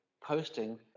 posting